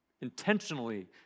intentionally